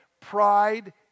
pride